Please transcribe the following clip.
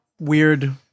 weird